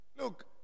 Look